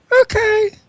okay